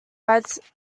but